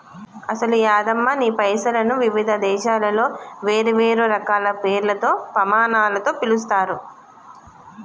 అసలు యాదమ్మ నీ పైసలను వివిధ దేశాలలో వేరువేరు రకాల పేర్లతో పమానాలతో పిలుస్తారు